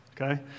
Okay